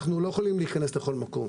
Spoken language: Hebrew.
אנחנו לא יכולים להיכנס לכל מקום.